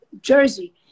Jersey